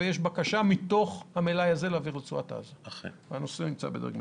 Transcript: ויש בקשה להעביר לרצועת עזה מתוך המלאי הזה והנושא הזה נמצא בדרג מדיני.